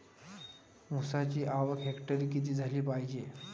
ऊसाची आवक हेक्टरी किती झाली पायजे?